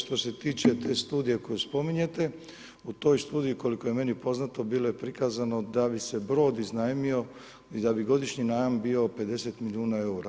Štose tiče te studije koju spominjete, u toj studiji koliko je meni poznato, bilo je prikazano da bi se brod iznajmio i da bi godišnji najam bio 50 milijuna eura.